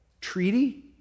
treaty